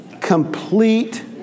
complete